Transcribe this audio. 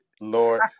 Lord